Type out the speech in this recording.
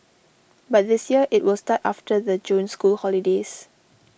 but this year it will start after the June school holidays